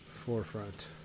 forefront